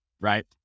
right